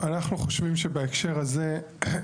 כי מענו של בעל המקרקעין אינו ידוע לו וכי עשה